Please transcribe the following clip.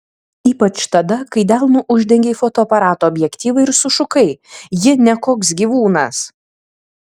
ypač tada kai delnu uždengei fotoaparato objektyvą ir sušukai ji ne koks gyvūnas